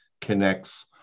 connects